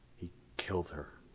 he killed her.